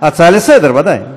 הצעה לסדר-היום.